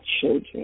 children